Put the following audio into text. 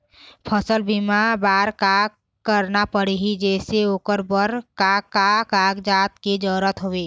फसल बीमा बार का करना पड़ही जैसे ओकर बर का का कागजात के जरूरत हवे?